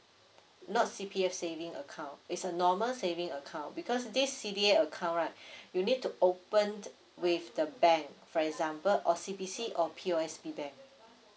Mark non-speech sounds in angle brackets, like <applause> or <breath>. not C_P_F saving account it's a normal saving account because this C_D_A account right <breath> you need to open with the bank for example O_C_B_C or P_O_S_B bank